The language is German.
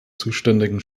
zuständigen